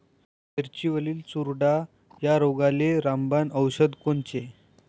मिरचीवरील चुरडा या रोगाले रामबाण औषध कोनचे?